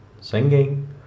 singing